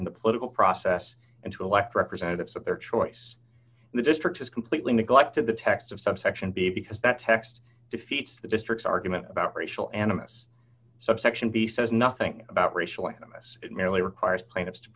in the political process and to elect representatives of their choice the district has completely neglected the text of subsection b because that text defeats the district's argument about racial animus subsection b says nothing about racial animus it merely requires plaintiffs to